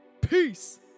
Peace